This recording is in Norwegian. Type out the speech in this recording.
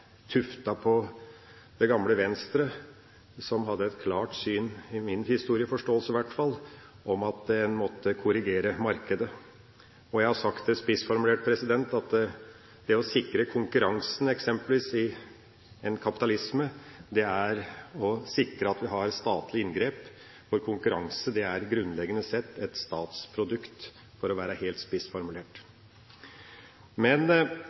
tuftet på det gamle Venstre, som hadde et klart syn – i hvert fall i min historieforståelse – om at en måtte korrigere markedet. Jeg har sagt at det å sikre konkurransen, eksempelvis i en kapitalisme, er å sikre at vi har statlige inngrep, for konkurranse er grunnleggende sett et statsprodukt – for å være helt spissformulert.